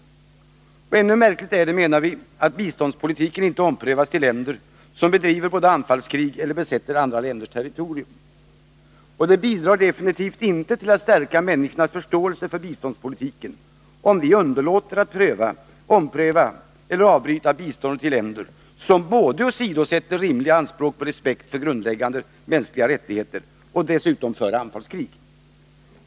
Ännu mera märkligt är det, menar vi, att biståndspolitiken inte omprövas när det gäller länder som bedriver anfallskrig eller besätter andra länders territorium. Det bidrar definitivt inte till att stärka människornas förståelse för biståndspolitiken, om vi underlåter att ompröva eller avbryta biståndet tillländer som både åsidosätter rimliga anspråk på respekt för grundläggande mänskliga rättigheter och dessutom för anfallskrig.